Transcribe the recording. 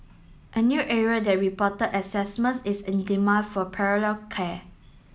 a new area that reported assessments is in demand for parallel care